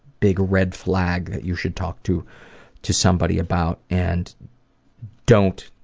big red flag that you should talk to to somebody about and don't